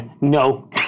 No